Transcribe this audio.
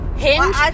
hinge